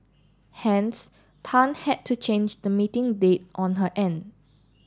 hence Tan had to change the meeting date on her end